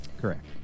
correct